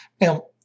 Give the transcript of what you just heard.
Now